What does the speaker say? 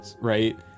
right